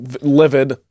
livid